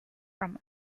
from